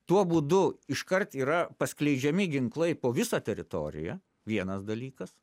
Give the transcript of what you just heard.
tuo būdu iškart yra paskleidžiami ginklai po visą teritoriją vienas dalykas